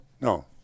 no